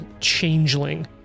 changeling